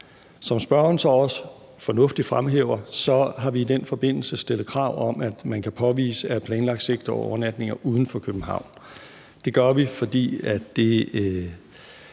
Som spørgeren så også fornuftigt fremhæver, har vi i den forbindelse stillet krav om, at man kan påvise at have planlagt seks overnatninger uden for København. Det gør vi, fordi det